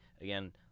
again